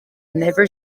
never